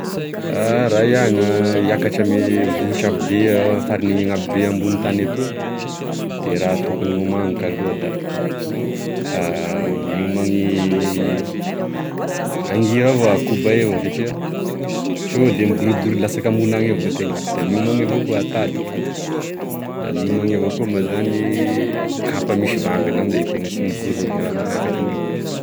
Raha iah gna hiakatry ame vohitra avo be faragne gn'avo be ambonin'ny tany etoa de raha tokony homaniko kaloha da miomany agnira avao a kobay avao satria sode migorodogorodona latsaka amoron'any avao atena da miomany avao koa e tady da miomany avao koa ma zany kapa misy vanginy amzay tena sy migoroda raha manakatry ame vohitry.